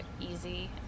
easy